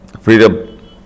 freedom